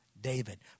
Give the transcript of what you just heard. David